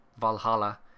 Valhalla